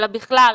אלא בכלל,